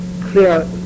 clear